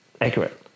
accurate